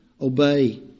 Obey